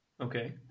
Okay